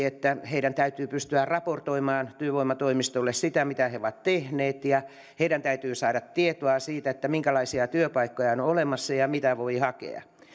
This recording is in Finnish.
että heidän täytyy pystyä raportoimaan työvoimatoimistolle mitä he ovat tehneet ja heidän täytyy saada tietoa siitä minkälaisia työpaikkoja on olemassa ja ja mitä voi hakea